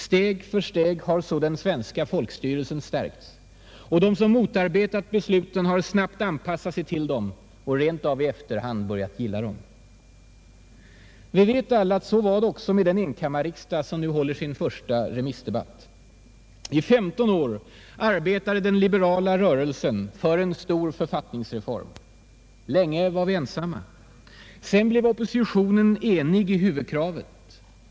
Steg för steg har så den svenska folkstyrelsen stärkts, och de som motarbetat besluten har snabbt anpassat sig till dem och rent av i efterhand börjat gilla dem. Vi vet alla att så var det också med den enkammarriksdag som nu håller sin första remissdebatt. I femton år arbetade den liberala rörelsen för en stor författningsreform. Länge var vi ensamma. Sedan blev oppositionen enig i huvudkravet.